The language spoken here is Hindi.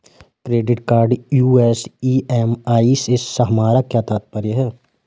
क्रेडिट कार्ड यू.एस ई.एम.आई से हमारा क्या तात्पर्य है?